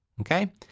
Okay